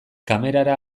kamerara